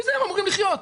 מזה הם אמורים לחיות.